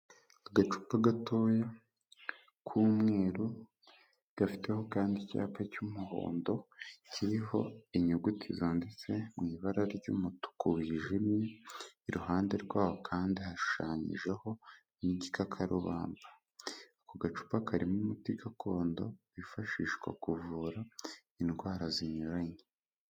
Agacupa gatoya k'umweru gafiteho kandi icyapa cy'umuhondo, kiriho inyuguti zanditse mu ibara ry'umutuku wijimye, iruhande rwaho kandi hashushanyijeho n'igikakarubanda, ako gacupa karimo umuti gakondo bifashishwa kuvura indwara zinyuranye.